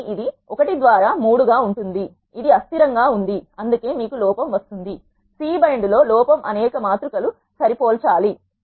కానీ ఇది 1 ద్వారా 3 గా ఉంటుంది అది అస్థిరం గా ఉంది అందుకే మీకు లోపం వస్తుంది సి బైండ్ లో లోపం అనేక మాతృ కలు సరి పోల్చాలి